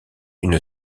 une